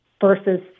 versus